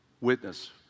witness